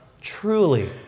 Truly